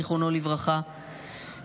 זיכרונו לברכה,